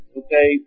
okay